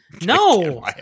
no